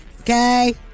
Okay